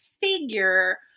figure